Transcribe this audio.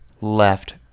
left